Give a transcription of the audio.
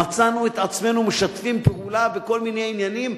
מצאנו את עצמנו משתפים פעולה בכל מיני עניינים,